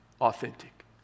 authentic